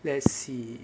let's see